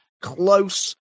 close